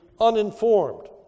uninformed